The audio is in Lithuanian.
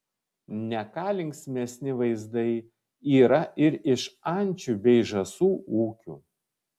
ne ką linksmesni vaizdai yra ir iš ančių bei žąsų ūkių